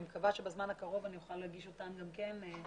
מקווה שבזמן הקרוב אני אוכל להגיש אותן לוועדה.